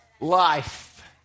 life